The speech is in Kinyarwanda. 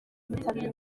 bitabiriye